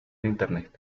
internet